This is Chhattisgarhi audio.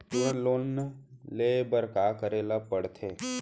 तुरंत लोन ले बर का करे ला पढ़थे?